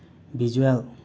visual